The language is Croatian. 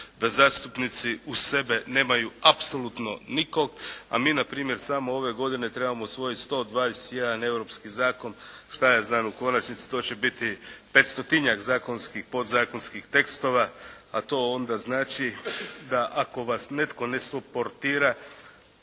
da zastupnici uz sebe nemaju apsolutno nikog, a mi npr. samo ove godine trebamo usvojiti 121 europski zakon, šta ja znam u konačnici to će biti 500-tinjak zakonskih i podzakonskih tekstova, a to onda znači da ako vas netko ne …